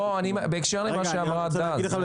לא, בהקשר למה שאמרה הדס.